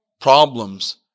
Problems